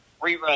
rerun